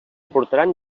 portaran